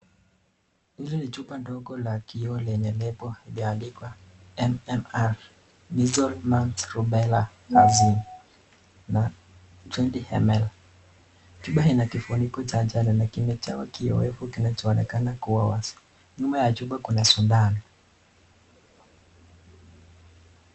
Hili ni chupa ndogo la kioo lenye lebo imeandikwa MMR Measles Mumps Rubella Vaccine na 20ml,chupa kina kifuniko cha jani na kimejaa kiyowevu iliyo wazi, nyuma ya chupa kuna sindano.